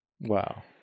Wow